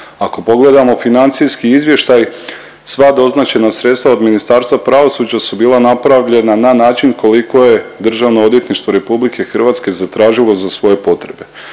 Ako pogledamo financijski izvještaj sva doznačena sredstva od Ministarstva pravosuđa su bila napravljena na način koliko je DORH zatražilo za svoje potrebe.